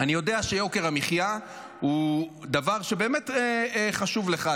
אני יודע שיוקר המחיה הוא דבר שבאמת חשוב לך.